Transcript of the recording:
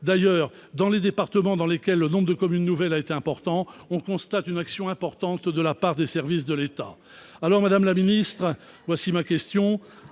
D'ailleurs, dans les départements où le nombre de communes nouvelles est important, on constate une action importante de la part des services de l'État. Madame la ministre, j'en viens à ma question,